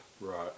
right